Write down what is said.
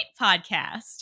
Podcast